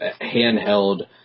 handheld